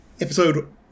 episode